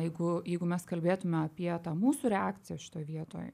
jeigu jeigu mes kalbėtume apie tą mūsų reakciją šitoj vietoj